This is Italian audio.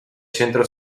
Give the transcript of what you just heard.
centro